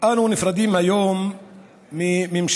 אנחנו נפרדים היום מממשלה